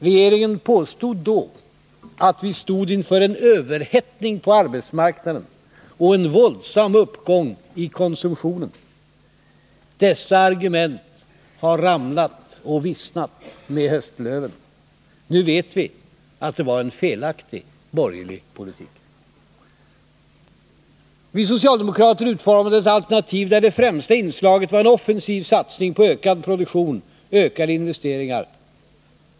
Regeringen påstod då att vi stod inför en överhettning på arbetsmarknaden och en våldsam uppgång i konsumtionen. Dessa argument har ramlat och vissnat med höstlöven. Nu vet vi att det var en felaktig borgerlig politik. Vi socialdemokrater utformade ett alternativ där det främsta inslaget var en offensiv satsning på ökad produktion, ökade investeringar.